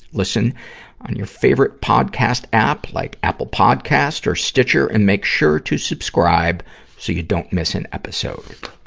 listen on your favorite podcast app, like apple podcast or stitcher, and make sure to subscribe so you don't miss an episode.